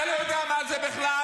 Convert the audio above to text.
אתה לא יודע מה זה בכלל.